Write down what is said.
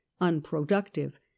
unproductive